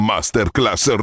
Masterclass